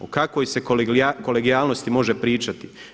O kakvoj se kolegijalnosti može pričati?